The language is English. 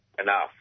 enough